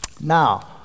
Now